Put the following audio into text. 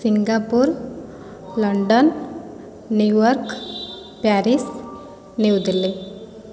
Singapore London New York Paris New Delhi